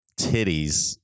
titties